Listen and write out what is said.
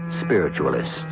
spiritualists